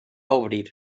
obrir